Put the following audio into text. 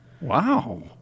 Wow